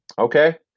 Okay